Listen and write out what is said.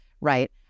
right